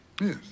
Yes